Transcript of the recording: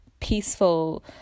peaceful